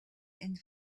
and